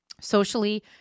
socially